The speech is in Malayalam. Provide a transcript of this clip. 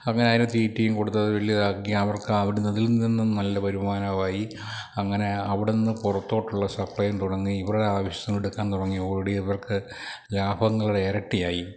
അങ്ങനെ അതിന് തീറ്റയും കൊടുത്ത് അത് വലുതാക്കി അവർക്ക് അവിടുന്ന് അതിൽ നിന്നും നല്ല വരുമാനമായി അങ്ങനെ അവിടെനിന്ന് പുറത്തോട്ടുള്ള സപ്ലൈയും തുടങ്ങി ഇവരുടെ ആവശ്യത്തിനെടുക്കാന് തുടങ്ങി ഓടി ഇവർക്ക് ലാഭങ്ങൾ ഇരട്ടിയായി